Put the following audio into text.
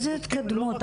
איזו התקדמות?